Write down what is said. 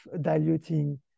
diluting